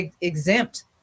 exempt